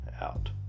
out